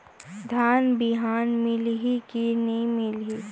धान बिहान मिलही की नी मिलही?